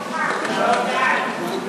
בטעות נרשם "נוכח", ואני בעד.